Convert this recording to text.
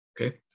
Okay